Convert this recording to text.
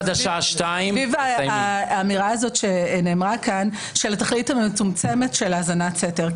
סביב האמירה הזאת שנאמרה כאן של התכלית המצומצמת של האזנת סתר,